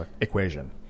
equation